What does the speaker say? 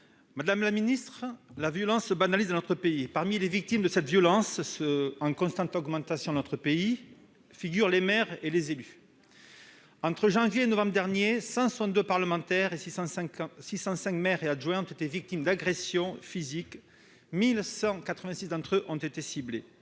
Madame la ministre, la violence se banalise dans notre pays : parmi les victimes de cette violence en constante augmentation figurent les maires et les élus. Entre janvier et novembre derniers, 1 186 élus, dont 162 parlementaires et 605 maires et adjoints, ont été victimes d'agressions physiques. Chacun, dans cet hémicycle,